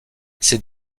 ces